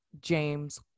James